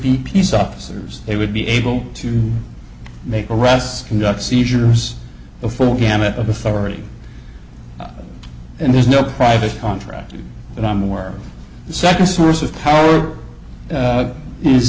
be peace officers they would be able to make arrests conduct seizures a full gamut of authority and there's no private contractors and i'm more the second source of power